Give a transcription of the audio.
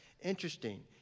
Interesting